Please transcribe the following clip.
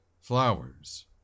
flowers